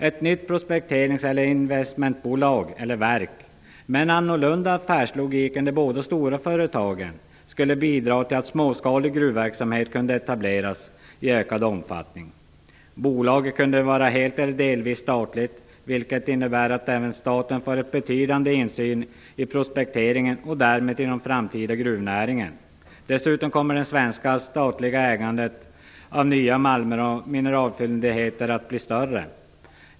Ett nytt prospekterings eller investmentbolag, eller verk, med en annorlunda affärslogik än de båda stora företagen skulle bidra till att småskalig gruvverksamhet kunde etableras i ökad omfattning. Bolaget kunde vara helt eller delvis statligt, vilket innebär att även staten får en betydande insyn i prospekteringen och därmed i den framtida gruvnäringen. Dessutom kommer det svenska statliga - ägandet av nya malmer och mineralfyndigheter att bli större.